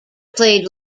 played